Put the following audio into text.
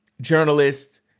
journalists